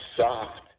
soft